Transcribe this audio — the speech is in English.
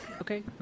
okay